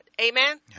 Amen